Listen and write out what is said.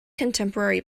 contemporary